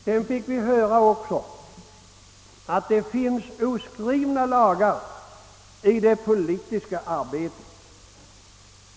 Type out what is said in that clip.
Vi fick vidare höra att det finns oskrivna lagar i det politiska arbetet.